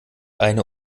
eine